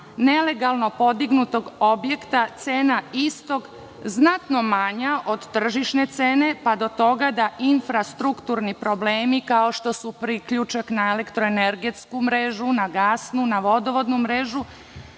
nelegalno podignutog objekta cena istog znatno manja od tržišne cene pa do toga da infrastrukturni problemi, kao što su priključak na elektroenergetsku mrežu, na gasnu, na vodovodnu mrežu